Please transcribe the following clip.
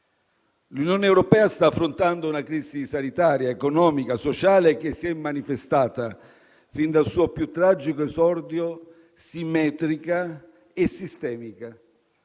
L'Unione europea sta affrontando una crisi sanitaria, economica e sociale che si è manifestata sin dal suo più tragico esordio simmetrica e sistemica.